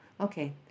okay